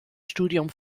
studium